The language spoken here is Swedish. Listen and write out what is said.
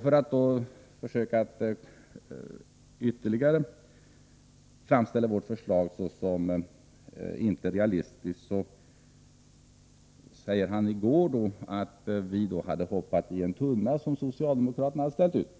För att försöka att ytterligare framställa vårt förslag såsom inte realistiskt sade finansministern i går att vi hade hoppat i en tunna som socialdemokraterna ställt ut.